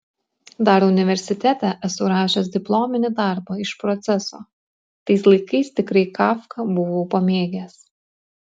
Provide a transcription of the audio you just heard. dar universitete esu rašęs diplominį darbą iš proceso tais laikais tikrai kafką buvau pamėgęs